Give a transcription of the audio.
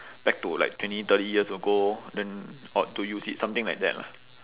back to like twenty thirty years ago then ought to use it something like that lah